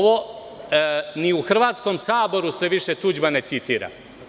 Ni u hrvatskom Saboru se više Tuđman ne citira.